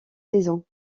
saisons